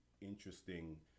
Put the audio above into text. interesting